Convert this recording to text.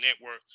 Network